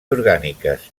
orgàniques